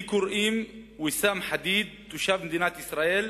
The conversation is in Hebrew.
לי קוראים ויסאם חדיד, תושב מדינת ישראל,